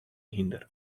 hynder